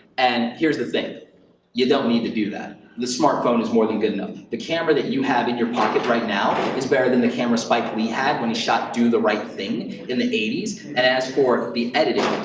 and here's the thing you don't need to do that. the smart phone is more than good enough. the camera that you have in your pocket right now is better than the camera that spike lee had when he shot do the right thing in the eighty s. and as for the editing,